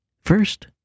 First